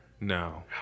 No